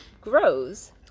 grows